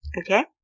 okay